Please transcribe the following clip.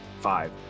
Five